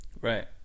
Right